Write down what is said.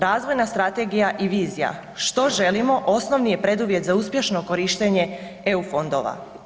Razvojna strategija i vizija što želimo osnovni je preduvjet za uspješno korištenje eu fondova.